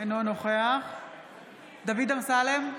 אינו נוכח דוד אמסלם,